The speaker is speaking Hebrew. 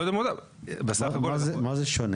לא ידוע אם מועדף, בסך הכל --- במה זה שונה?